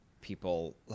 people